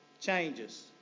changes